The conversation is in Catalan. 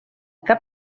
cap